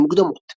שנים מוקדמות